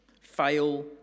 fail